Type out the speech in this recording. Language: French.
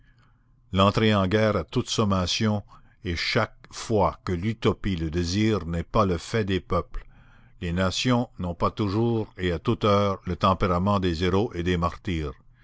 l'entrée en guerre à toute sommation et chaque fois que l'utopie le désire n'est pas le fait des peuples les nations n'ont pas toujours et à toute heure le tempérament des héros et des martyrs